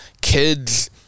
kids